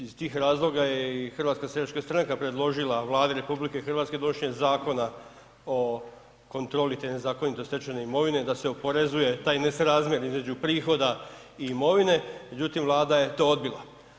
Iz tih razloga je i HSS predložila Vladi RH donošenje zakona o kontroli te nezakonito stečene imovine da se oporezuje taj nesrazmjer između prihoda i imovine, međutim Vlada je to obila.